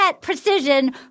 Precision